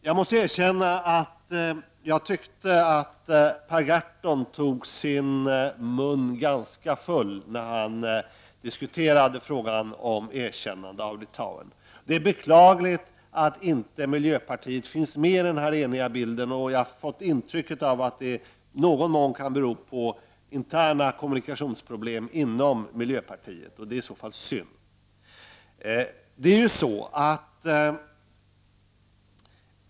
Jag måste erkänna att jag tyckte att Per Gahrton tog sin mun ganska full när han diskuterade frågan om erkännande av Litauen. Det är beklagligt att inte miljöpartiet finns med i den enhetliga bilden. Jag har fått intrycket att det i någon mån kan bero på interna kommunikationsproblem inom miljöpartiet, och det är i så fall synd.